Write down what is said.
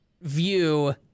view